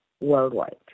worldwide